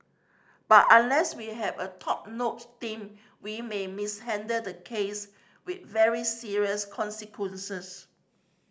but unless we have a top notch team we may mishandle the case with very serious consequences